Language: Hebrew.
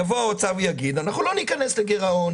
יבוא האוצר ויגיד: אנחנו לא ניכנס לגירעון,